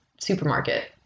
supermarket